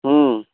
हूँ